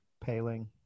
Paling